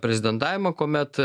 prezidentavimą kuomet